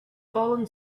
fallen